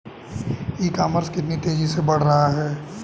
ई commerce कितनी तेजी से बढ़ रहा है?